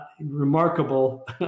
remarkable